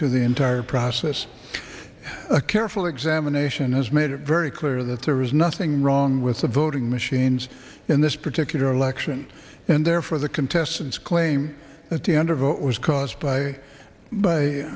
to the entire process a careful examination has made it very clear that there was nothing wrong with the voting machines in this particular election and therefore the contestants claim that the undervote was caused by